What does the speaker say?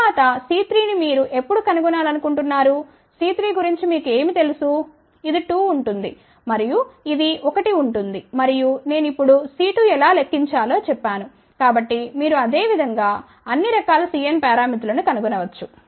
తర్వాత C3 ని మీరు ఎప్పుడు కనుగొనాలనుకుంటున్నారు C3గురించి మీకు ఏమి తెలుసు ఇది 2 ఉంటుంది మరియు ఇది ఒకటి ఉంటుంది మరియు నేను ఇప్పుడు C2ఎలా లెక్కించాలో చెప్పాను కాబట్టి మీరు ఈ విధంగా అన్ని రకాల Cn పారామితులను కనుగొన వచ్చు